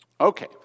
Okay